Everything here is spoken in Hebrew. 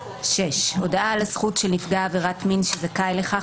6."6. הודעה על הזכות של נפגע עבירת מין שזכאי לכך,